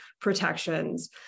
protections